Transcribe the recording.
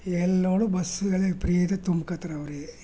ಎಲ್ನೋಡು ಬಸ್ಗಳೇ ಪ್ರೀ ಐತೆ ತುಂಬ್ಕೊಳ್ತಾರೆ ಅವರೆ